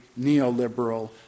neoliberal